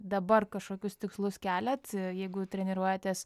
dabar kažkokius tikslus keliat jeigu treniruojatės